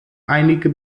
einige